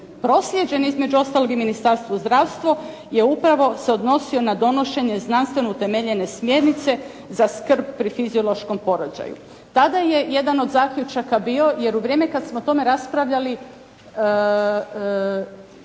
proslijeđen između ostalog i Ministarstvu zdravstva je upravo se odnosio na donošenje znanstveno utemeljene smjernice za skrb pri fiziološkom porođaju. Tada je jedan od zaključaka bio, jer u vrijeme kad smo o tome raspravljali